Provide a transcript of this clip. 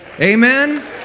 Amen